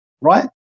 right